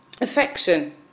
affection